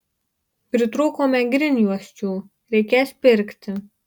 pritrūkome grindjuosčių reikės pirkti